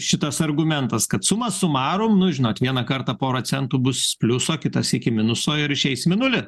šitas argumentas kad suma sumarum nu žinot vieną kartą pora centų bus plius o kitą sykį minuso ir išeisim į nulį